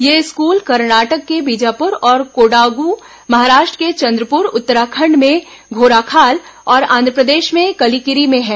ये स्कूल कर्नाटक के बीजापुर और कोडागु महाराष्ट्र के चंद्रपुर उत्तराखंड में आंध्रप्रदेश में कलिकिरी में हैं